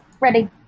Ready